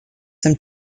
some